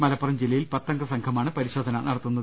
മലപ്പുറം ജില്ലയിൽ പത്തംഗ സംഘമാണ് പരി ശോധന നടത്തുന്നത്